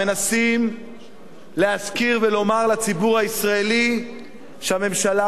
מנסים להזכיר ולומר לציבור הישראלי שהממשלה